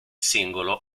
singolo